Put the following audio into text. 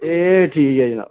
एह् ठीक ऐ जनाब